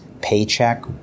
paycheck